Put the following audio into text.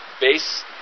base